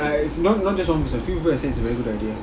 okay I if not just one person a few people said it's a very good idea